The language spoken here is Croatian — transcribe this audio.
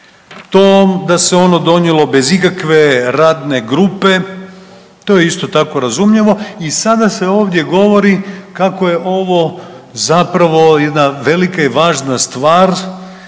da se ono donijelo bez ikakve radne grupe, to je isto tako razumljivo i sada se ovdje govori kako je ovo zapravo jedna velika i važna stvar